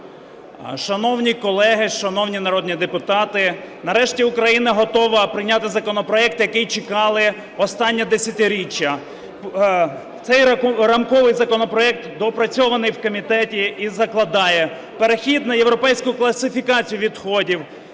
Шановні колеги, шановні народні депутати, нарешті Україна готова прийняти законопроект, який чекали останнє десятиріччя. Цей рамковий законопроект, доопрацьований в комітеті, закладає перехід на європейську класифікацію відходів,